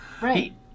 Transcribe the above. Right